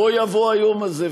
בוא יבוא היום הזה,